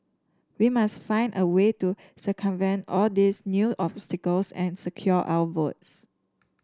we must find a way to circumvent all these new obstacles and secure our votes